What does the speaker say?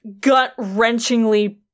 gut-wrenchingly